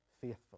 faithful